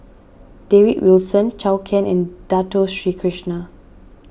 David Wilson Zhou Can and Dato Sri Krishna